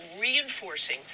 reinforcing